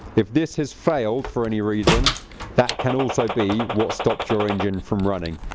if this has failed for any reason that can also be what stopped your engine from running,